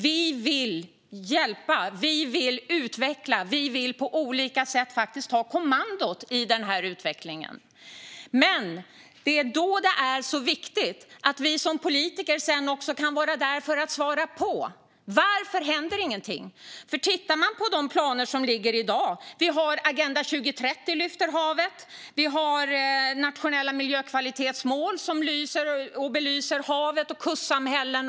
Vi vill hjälpa, utveckla och på olika sätt ta kommandot i den här utvecklingen. Det är då det är så viktigt att vi som politiker också kan vara där för att svara. Varför händer det ingenting? Vi kan titta på de planer som ligger i dag. Vi har Agenda 2030 som lyfter fram havet. Vi har nationella miljökvalitetsmål som belyser havet och kustsamhällen.